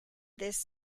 this